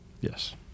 Yes